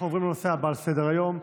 אנחנו עוברים לנושא הבא על סדר היום,